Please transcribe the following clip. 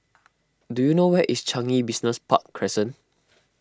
do you know where is Changi Business Park Crescent